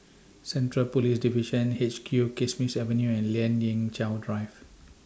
Central Police Division H Q Kismis Avenue and Lien Ying Chow Drive